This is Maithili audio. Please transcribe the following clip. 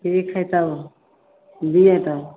नीक हइ तब दियै तब